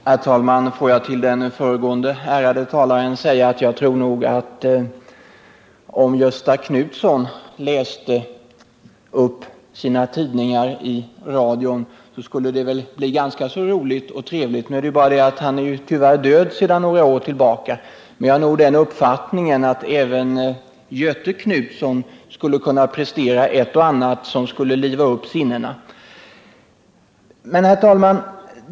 Herr talman! Får jag till den föregående ärade talaren säga att om Gösta Knutsson fick läsa upp sina tidningar i radion, skulle det väl bli ganska roligt och trevligt. Nu är han tyvärr död sedan några år tillbaka. Men jag har nog den uppfattningen att även Göthe Knutson skulle kunna prestera ett och annat som kunde liva upp sinnena.